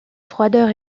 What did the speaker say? froideur